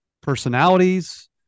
personalities